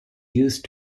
used